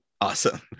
Awesome